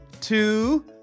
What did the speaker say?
two